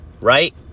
right